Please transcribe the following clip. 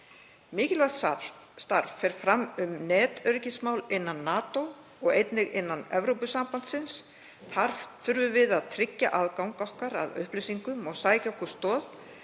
Mikilvægt starf fer fram um netöryggismál innan NATO og einnig innan Evrópusambandsins. Þar þurfum við að tryggja aðgang okkar að upplýsingum og sækja okkur stoð